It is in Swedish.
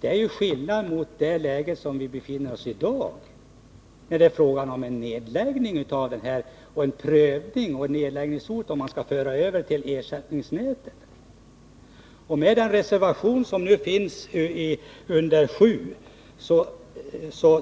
Det var ju skillnad i förhållande till det läge som råder i dag, då det är fråga om en nedläggning och en prövning av om banan skall föras över till ersättningsnätet. Med reservation 7